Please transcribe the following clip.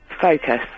Focus